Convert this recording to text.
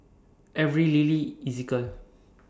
Avery Lilly Ezekiel